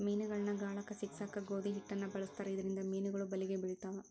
ಮೇನಗಳನ್ನ ಗಾಳಕ್ಕ ಸಿಕ್ಕಸಾಕ ಗೋಧಿ ಹಿಟ್ಟನ ಬಳಸ್ತಾರ ಇದರಿಂದ ಮೇನುಗಳು ಬಲಿಗೆ ಬಿಳ್ತಾವ